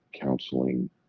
counseling